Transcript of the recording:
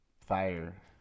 fire